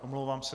Omlouvám se.